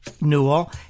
Newell